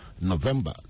November